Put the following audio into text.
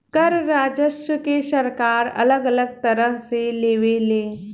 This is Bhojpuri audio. कर राजस्व के सरकार अलग अलग तरह से लेवे ले